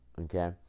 okay